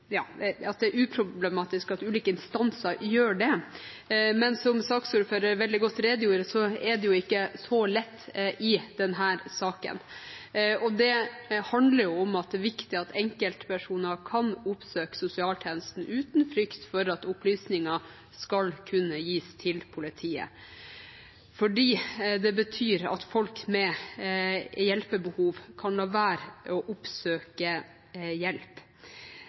så lett i denne saken. Det handler om at det er viktig at enkeltpersoner kan oppsøke sosialtjenesten uten frykt for at opplysninger skal kunne gis til politiet. Det betyr at folk med behov for hjelp kan la være å oppsøke hjelp.